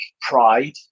pride